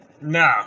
No